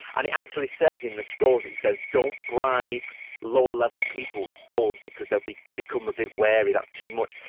and it actually says in the scrolls, it says don't bribe lower level people with gold because they'll become a bit wary. that's too much.